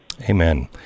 Amen